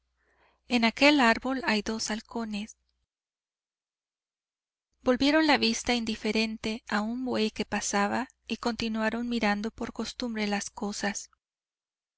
en aquel árbol hay dos halcones volvieron la vista indiferente a un buey que pasaba y continuaron mirando por costumbre las cosas